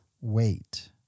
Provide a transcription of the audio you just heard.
Wait